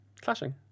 clashing